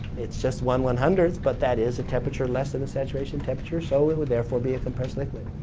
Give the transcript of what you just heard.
it's just one one hundred, but that is a temperature less than the saturation temperature, so it would therefore be a compressed liquid.